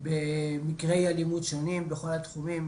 במקרה אלימות שונים בכל התחומים,